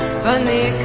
funny